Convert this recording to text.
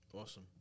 Awesome